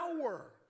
power